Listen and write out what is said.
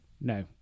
No